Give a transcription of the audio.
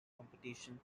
competition